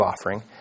offering